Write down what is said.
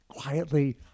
quietly